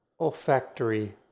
olfactory